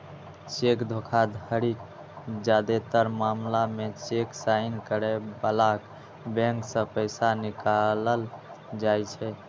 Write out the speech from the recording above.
cheque धोखाधड़ीक जादेतर मामला मे चेक साइन करै बलाक बैंक सं पैसा निकालल जाइ छै